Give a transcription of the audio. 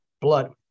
blood